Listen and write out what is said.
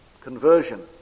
conversion